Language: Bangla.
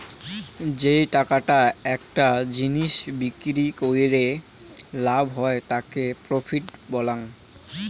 যেই টাকাটা একটা জিনিস বিক্রি কইরে লাভ হই তাকি প্রফিট বলাঙ্গ